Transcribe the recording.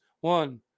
one